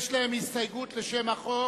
יש להם הסתייגות לשם החוק.